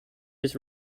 was